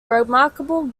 remarkable